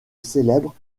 célèbre